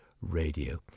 radio